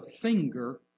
finger